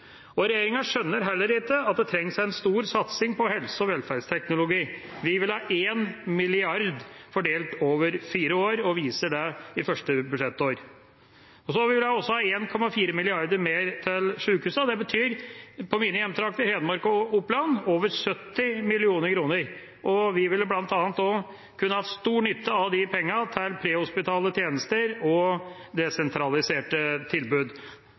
kommuner. Regjeringa skjønner heller ikke at det trengs en stor satsing på helse- og velferdsteknologi. Vi vil ha 1 mrd. kr fordelt over fire år og viser det i det første budsjettåret. Vi vil også ha 1,4 mrd. kr mer til sykehusene. På mine hjemtrakter, Hedmark og Oppland, betyr det over 70 mill. kr, og vi ville bl.a. kunne hatt stor nytte av de pengene til prehospitale tjenester og desentraliserte tilbud.